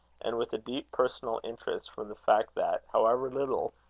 and with a deep personal interest from the fact that, however little,